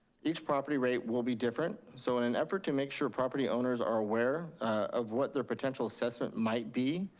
each property rate will be different. so in an effort to make sure property owners are aware of what their potential assessment might be,